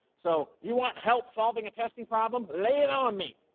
so you want help solving a testing problem, lay it on me.